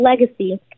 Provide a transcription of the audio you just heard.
legacy